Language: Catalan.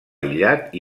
aïllat